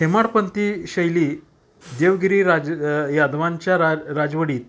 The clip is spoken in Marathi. हेमाडपंथी शैली देवगिरी राज यादवांच्या रा राजवटीत